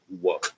whoa